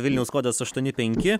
vilniaus kodas aštuoni penki